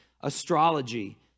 astrology